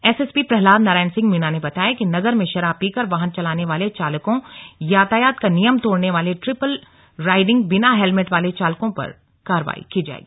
SSP Prahlad Narayan Singh Meena ने बताया कि नगर में शराब पीकर वाहन चलाने वाले चालकों यातायात का नियम तोड़ने वाले ट्रिपल राईडिंग बिना हैलमेट वाले चालकों पर कार्रवाई की जाएगी